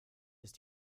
ist